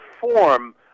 form